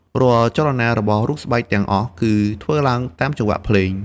រាល់ចលនារបស់រូបស្បែកទាំងអស់គឺធ្វើឡើងតាមចង្វាក់ភ្លេង។